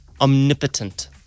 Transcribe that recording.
omnipotent